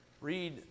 Read